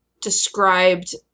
described